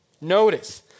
Notice